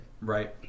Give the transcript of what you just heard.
right